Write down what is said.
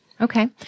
Okay